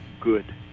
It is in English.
good